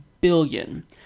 billion